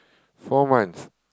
four months